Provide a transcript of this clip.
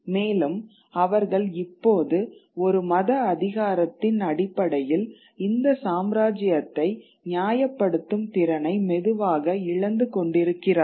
மேலும் அவர்கள் இப்போது ஒரு மத அதிகாரத்தின் அடிப்படையில் இந்த சாம்ராஜ்யத்தை நியாயப்படுத்தும் திறனை மெதுவாக இழந்து கொண்டிருக்கிறார்கள்